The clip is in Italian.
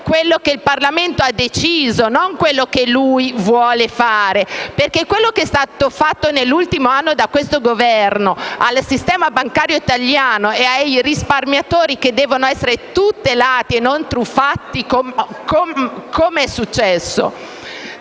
quello che il Parlamento ha deciso e non quello che lui vuole fare. Ricordo infatti quello che è stato fatto nell'ultimo anno da questo Governo al sistema bancario italiano e ai risparmiatori, che devono essere e tutelati e non truffati, come è successo.